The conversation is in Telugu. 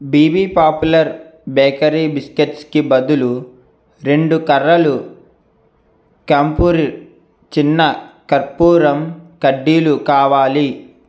బీబీ పాపులర్ బేకరీ బిస్కెట్స్కి బదులు రెండు కర్రలు క్యాంపుర్ చిన్న కర్పూరం కడ్డీలు కావాలి